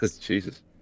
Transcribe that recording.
Jesus